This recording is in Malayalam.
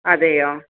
അതെയോ